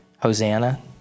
Hosanna